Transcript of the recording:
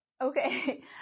Okay